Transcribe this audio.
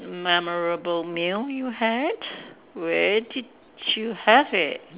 memorable meal you had where did you have it